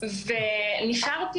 נשארתי